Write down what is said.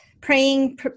praying